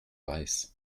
weiß